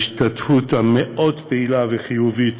את ההשתתפות המאוד-פעילה וחיובית